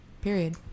period